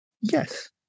yes